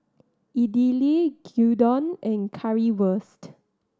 Idili Gyudon and Currywurst